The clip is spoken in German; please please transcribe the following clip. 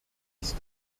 ist